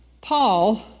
Paul